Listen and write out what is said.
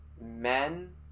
men